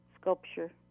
sculpture